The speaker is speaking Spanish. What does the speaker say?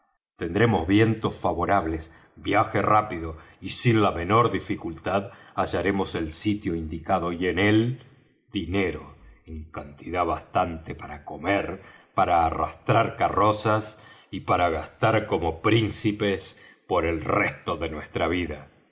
tendremos vientos favorables viaje rápido y sin la menor dificultad hallaremos el sitio indicado y en él dinero en cantidad bastante para comer para arrastrar carrozas y para gastar como príncipes por el resto de nuestra vida